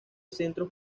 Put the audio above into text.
centros